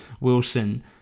Wilson